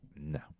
No